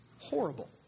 horrible